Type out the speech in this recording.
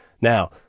now